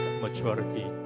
maturity